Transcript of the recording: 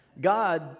God